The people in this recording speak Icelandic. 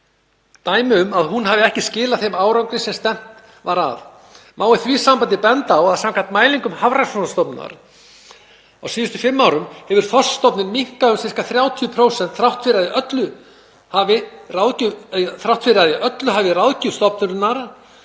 dæmi um að hún hafi ekki skilað þeim árangri sem stefnt var að. Má í því sambandi benda á að samkvæmt mælingum Hafrannsóknastofnunar á síðustu fimm árum hefur þorskstofninn minnkað um ca. 30% þrátt fyrir að í öllu hafi ráðgjöf stofnunarinnar